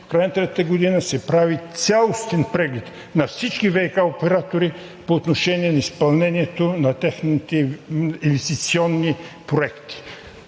в края на третата година се прави цялостен преглед на всички ВиК оператори по отношение на изпълнението на техните инвестиционни проекти.